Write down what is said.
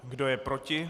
Kdo je proti?